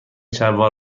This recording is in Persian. شلوار